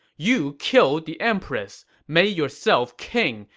you killed the empress, made yourself king,